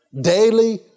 daily